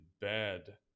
bad